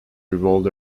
revolved